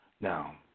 Now